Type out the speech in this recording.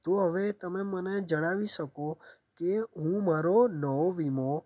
તો હવે તમે મને જણાવી શકો કે હું મારો નવો વીમો